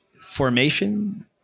formation